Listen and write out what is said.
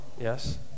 Yes